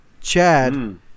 Chad